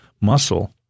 muscle